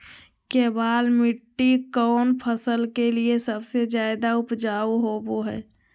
केबाल मिट्टी कौन फसल के लिए सबसे ज्यादा उपजाऊ होबो हय?